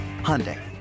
Hyundai